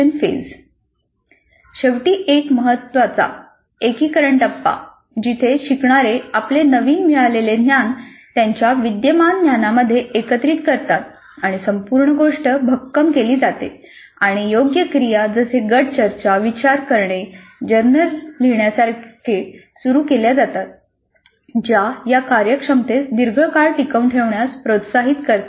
शेवटी एक महत्त्वाचा एकीकरण टप्पा जिथे शिकणारे आपले नवीन मिळवलेले ज्ञान त्यांच्या विद्यमान ज्ञानामध्ये एकत्रित करतात आणि संपूर्ण गोष्ट भक्कम केली जाते आणि योग्य क्रिया जसे गट चर्चा विचार करणे जर्नल लिहिण्यासारखे सुरू केल्या जातात ज्या या कार्यक्षमतेस दीर्घ काळ टिकवून ठेवण्यास प्रोत्साहित करतात